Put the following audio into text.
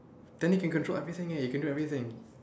then you can control everything eh you can do anything